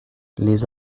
les